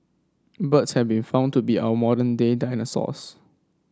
birds have been found to be our modern day dinosaurs